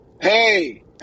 Hey